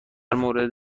مورد